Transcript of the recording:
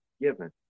given